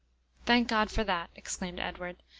thank god for that! exclaimed edward.